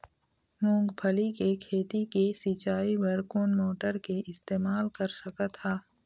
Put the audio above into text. मूंगफली के खेती के सिचाई बर कोन मोटर के इस्तेमाल कर सकत ह?